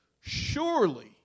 surely